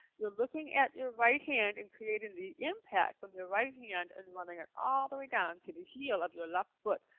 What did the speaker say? you're looking at your right hand in creating the impact from your right hand and running it all the way down to the heel of your left foot,